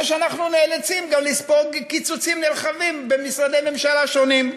אנחנו נאלצים גם לספוג קיצוצים נרחבים במשרדי ממשלה שונים.